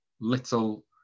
little